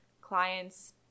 clients